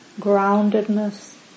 groundedness